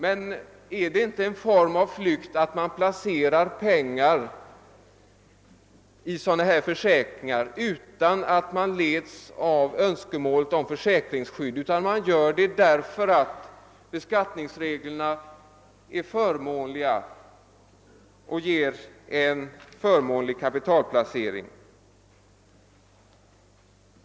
Men är det inte en form av skatteflykt att placera pengar i sådana här försäkringar, då man inte leds av en önskan om försäkringsskydd, utan motivet är att beskattningsreglerna ger en förmånlig kapitalplacering?